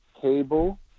cable